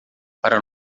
para